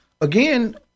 again